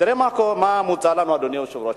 תראה מה מוצע לנו, אדוני היושב-ראש.